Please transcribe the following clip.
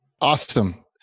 Awesome